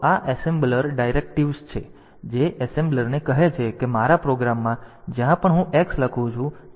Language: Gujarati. તો આ એસેમ્બલર ડાયરેક્ટીવ છે જે એસેમ્બલરને કહે છે કે મારા પ્રોગ્રામમાં જ્યાં પણ હું X લખું છું તમારે તેને 78 થી બદલવું જોઈએ